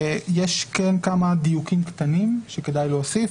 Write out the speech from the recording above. כן יש כמה דיוקים קטנים, שכדאי להוסיף.